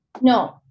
No